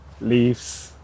leaves